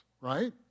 right